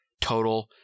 total